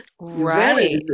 Right